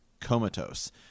comatose